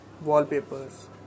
wallpapers